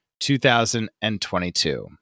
2022